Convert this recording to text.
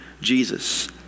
Jesus